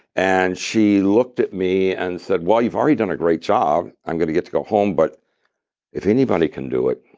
and she looked at me and said, well, you've already done a great job. i'm going to get to go home, but if anybody can do it,